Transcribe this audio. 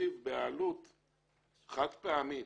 תקציב בעלות חד-פעמית.